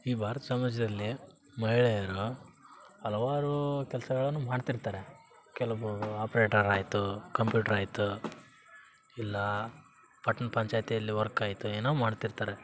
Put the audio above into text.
ಈ ಭಾರತ ಸಮಾಜದಲ್ಲಿ ಮಹಿಳೆಯರು ಹಲವಾರು ಕೆಲಸಗಳನ್ನು ಮಾಡ್ತಿರ್ತಾರೆ ಕೆಲವೊಬ್ಬರು ಆಪ್ರೇಟರ್ ಆಯಿತು ಕಂಪ್ಯೂಟ್ರ್ ಆಯಿತು ಇಲ್ಲ ಪಟ್ಟಣ ಪಂಚಾಯ್ತಿ ಅಲ್ಲಿ ವರ್ಕ್ ಆಯಿತು ಏನೋ ಮಾಡ್ತಿರ್ತಾರೆ